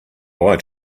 bye